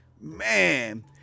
man